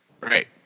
Right